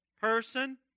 person